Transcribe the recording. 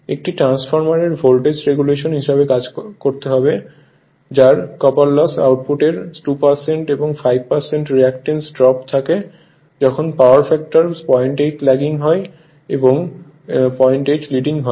একটি ট্রান্সফরমারের voltage regulation হিসাব করতে হবে যার কপার লস আউটপুট এর 2 এবং 5 রিঅ্যাক্টেন্স ড্রপ থাকে যখন পাওয়ার ফ্যাক্টর 08 ল্যাগিং হয় এবং 08 লিডিং হয়